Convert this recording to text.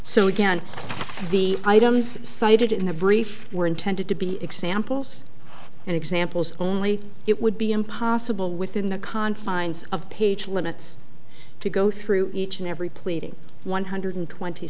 so again the items cited in the brief were intended to be examples and examples only it would be impossible within the confines of page limits to go through each and every pleadings one hundred twenty